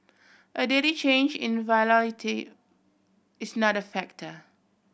a daily change in volatility is not factor